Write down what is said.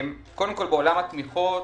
בעולם התמיכות,